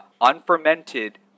unfermented